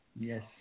yes